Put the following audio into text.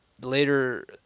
later